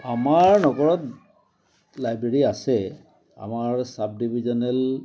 আমাৰ নগৰত লাইব্ৰেৰী আছে আমাৰ ছাব ডিভিজনেল